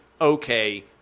Okay